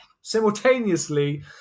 simultaneously